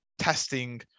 testing